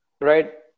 Right